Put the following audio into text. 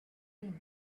kings